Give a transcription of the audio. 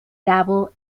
dabbled